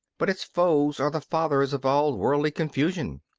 but its foes are the fathers of all worldly confusion.